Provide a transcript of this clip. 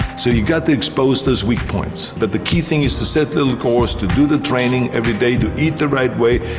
so you've got to expose those weak points. but the key thing is to set the the course, to do the training every day, to eat the right way,